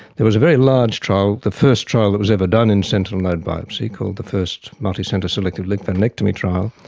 it was a very large trial, the first trial that was ever done in sentinel node biopsy called the first multicenter selective lymphadenectomy trial,